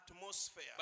atmosphere